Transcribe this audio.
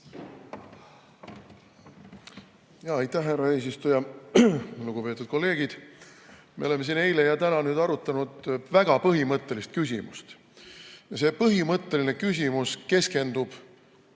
Aitäh, härra eesistuja! Lugupeetud kolleegid! Me oleme siin eile ja täna arutanud väga põhimõttelist küsimust. See põhimõtteline küsimus keskendub